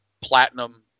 platinum